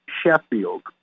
Sheffield